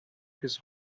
his